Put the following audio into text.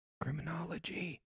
criminology